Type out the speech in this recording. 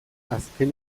azken